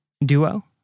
duo